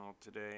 today